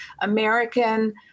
American